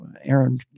aaron